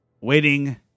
Waiting